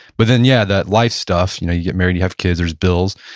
but then yeah, that life stuff, you know you get married, you have kids, there's bills,